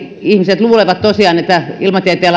ihmiset luulevat tosiaan että ilmatieteen